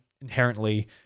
inherently